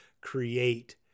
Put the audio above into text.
create